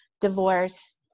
divorce